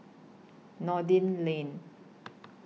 Noordin Lane